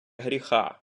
гріха